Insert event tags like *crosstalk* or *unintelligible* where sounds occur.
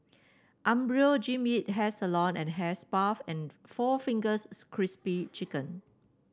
Umbro Jean Yip Hairs along and Hair Spa and *unintelligible* four Fingers Crispy Chicken